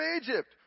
Egypt